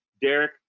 derek